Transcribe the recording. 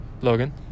Logan